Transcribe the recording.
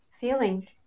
feeling